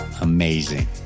amazing